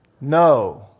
No